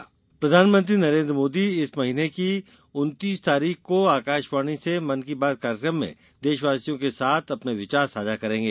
मन की बात प्रधानमंत्री नरेन्द्र मोदी इस महीने की उन्तीस तारीख को आकाशवाणी के मन की बात कार्यक्रम में देशवासियों के साथ अपने विचार साझा करेंगे